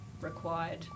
required